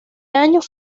años